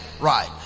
Right